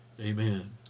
Amen